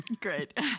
Great